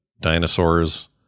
dinosaurs